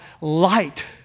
light